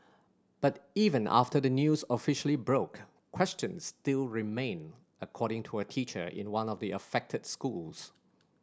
but even after the news officially broke questions still remain according to a teacher in one of the affected schools